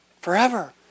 forever